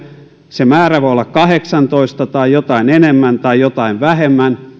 se määrä voi olla kahdeksantoista tai jotain enemmän tai jotain vähemmän ja